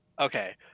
Okay